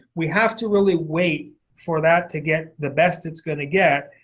we have to really wait for that to get the best it's going to get.